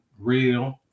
real